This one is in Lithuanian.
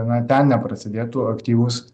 na ten neprasidėtų aktyvūs